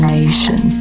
Nation